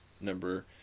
Number